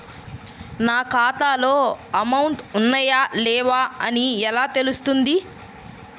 నా ఖాతాలో అమౌంట్ ఉన్నాయా లేవా అని ఎలా తెలుస్తుంది?